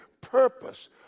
purpose